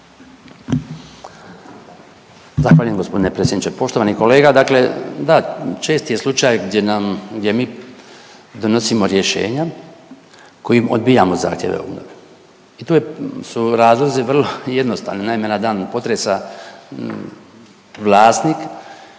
Zahvaljujem g. predsjedniče. Poštovani kolega, dakle da čest je slučaj gdje mi donosimo rješenja kojim odbijamo zahtjeve o obnovi. I to je su razlozi vrlo jednostavni, naime na dan potresa vlasnik